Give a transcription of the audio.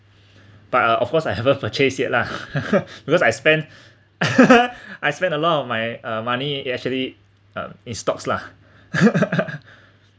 but of course I haven't purchase yet lah because I spent I spent a lot of my uh money actually um in stocks lah